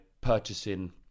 purchasing